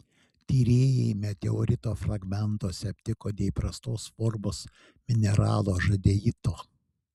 tyrėjai meteorito fragmentuose aptiko neįprastos formos mineralo žadeito